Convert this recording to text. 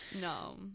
No